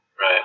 Right